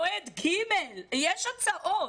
מועד ג' יש הצעות,